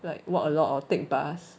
like walk a lot or take bus